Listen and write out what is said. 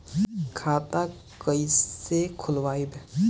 खाता कईसे खोलबाइ?